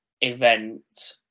event